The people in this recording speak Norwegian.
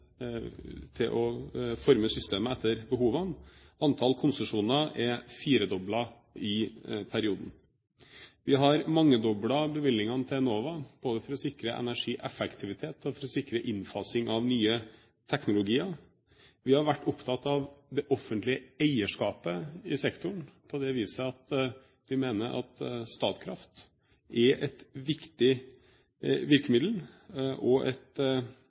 til å forme systemet etter behovene. Antallet konsesjoner er firedoblet i perioden. Så har vi har mangedoblet bevilgningene til Enova, både for å sikre energieffektivitet og for å sikre innfasing av nye teknologier. Vi har vært opptatt av det offentlige eierskapet i sektoren, på det viset at vi mener at Statkraft er et viktig virkemiddel og